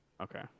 Okay